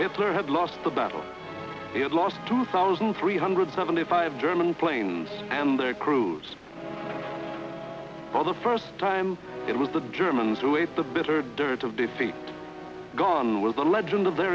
or had lost the battle it lost two thousand three hundred seventy five german planes and their crews other first time it was the germans who is the bitter dirt of defeat gone with the legend of their